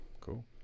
Cool